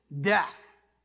death